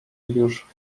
już